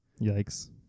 Yikes